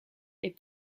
est